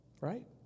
Right